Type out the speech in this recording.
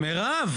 מירב,